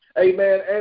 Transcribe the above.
amen